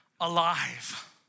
alive